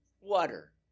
water